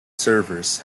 servers